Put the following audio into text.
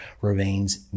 remains